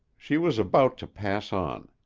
she was about to pass on.